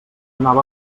anava